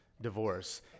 divorce